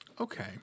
Okay